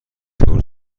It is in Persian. تور